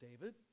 David